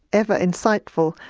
ever insightful,